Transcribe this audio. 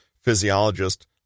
physiologist